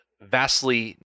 vastly